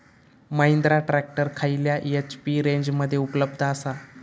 Mahindra tractor खयल्या HP रेंजमध्ये उपलब्ध आसा?